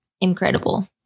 incredible